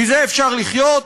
מזה אפשר לחיות?